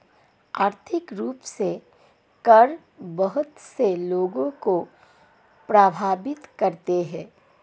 आर्थिक रूप से कर बहुत से लोगों को प्राभावित करते हैं